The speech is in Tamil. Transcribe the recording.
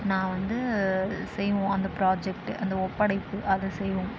நான் வந்து செய்வோம் அந்த ப்ராஜெக்ட் அந்த ஒப்படைப்பு அதை செய்வோம்